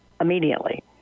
Immediately